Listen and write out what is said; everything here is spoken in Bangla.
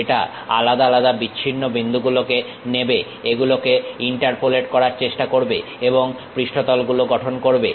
এটা আলাদা আলাদা বিচ্ছিন্ন বিন্দুগুলোকে নেবে এগুলোকে ইন্টারপোলেট করার চেষ্টা করবে এবং পৃষ্ঠতলগুলো গঠন করবে